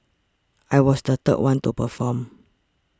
I was the third one to perform